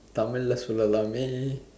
தமிழுல சொல்லலாமே:thamizhula sollalaamee